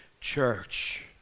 church